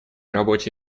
работе